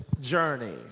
journey